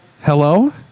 Hello